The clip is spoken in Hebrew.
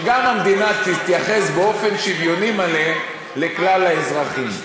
שגם המדינה תתייחס באופן שוויוני מלא לכלל האזרחים.